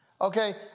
Okay